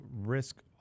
risk